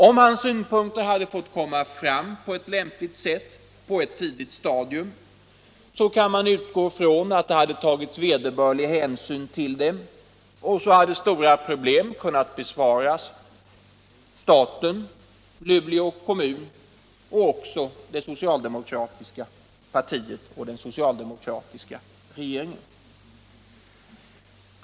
Om hans synpunkter hade fått komma fram på lämpligt sätt och det tagits vederbörlig hänsyn till dem, så hade stora problem kunnat besparas staten, Luleå kommun, liksom också det socialdemo kratiska partiet och den socialdemokratiska regeringen.